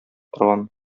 торган